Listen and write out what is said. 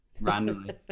randomly